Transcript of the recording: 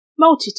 multitasking